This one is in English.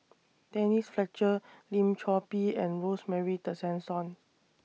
Denise Fletcher Lim Chor Pee and Rosemary Tessensohn